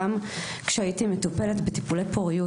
גם כשהייתי מטופלת בטיפולי פוריות.